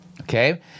okay